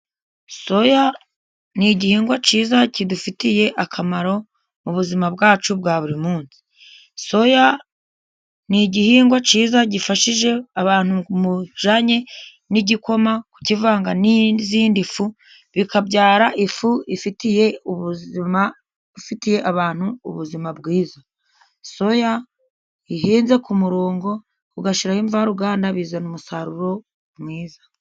Soya ni igihingwa cyiza kidufitiye akamaro mu buzima bwacu bwa buri munsi. Soya ni igihingwa cyiza gifashije abantu mu bijyanye n'igikoma kukivanga n'izindi fu, bikabyara ifu ifitiye ubuzima, ifitiye abantu ubuzima bwiza. Soya ihinze ku murongo, ugashyiraho imvaruganda, bizana umusaruro mwiza.